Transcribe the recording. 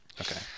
Okay